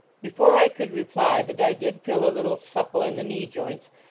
before i could reply that i did feel a little supple in the knee joints,